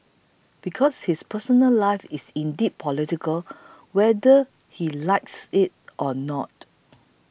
because his personal life is indeed political whether he likes it or not